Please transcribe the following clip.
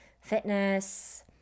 fitness